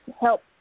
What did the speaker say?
help